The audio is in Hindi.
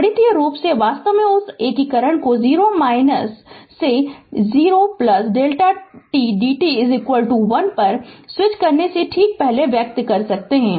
गणितीय रूप से वास्तव में उस एकीकरण को 0 to 0 t d t 1 पर स्विच करने से ठीक पहले व्यक्त कर सकते हैं